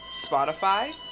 Spotify